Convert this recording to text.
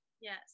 yes